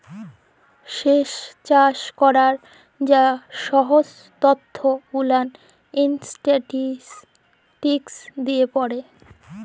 স্যেচ চাষ ক্যরার যা সহব ত্যথ গুলান ইসট্যাটিসটিকস দিয়ে পড়ে